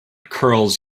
curls